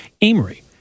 Amory